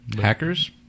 Hackers